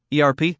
ERP